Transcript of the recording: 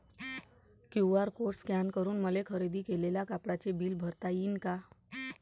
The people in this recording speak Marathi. क्यू.आर कोड स्कॅन करून मले खरेदी केलेल्या कापडाचे बिल भरता यीन का?